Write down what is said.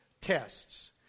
tests